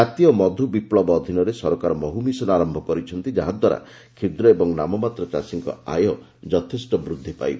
ଜାତୀୟ ମଧୁ ବିପ୍ଲବ ଅଧୀନରେ ସରକାର ମହୁ ମିଶନ୍ ଆରମ୍ଭ କରିଛନ୍ତି ଯାହାଦ୍ୱାରା କ୍ଷୁଦ୍ର ଓ ନାମମାତ୍ର ଚାଷୀଙ୍କ ଆୟ ଯଥେଷ୍ଟ ବୃଦ୍ଧି ପାଇବ